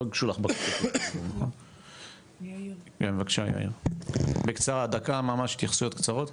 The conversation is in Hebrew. כן בבקשה יאיר, בקצרה, דקה ממש, התייחסויות קצרות.